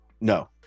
No